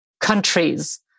countries